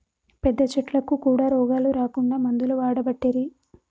పెద్ద చెట్లకు కూడా రోగాలు రాకుండా మందులు వాడబట్టిరి